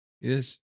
Yes